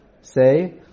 say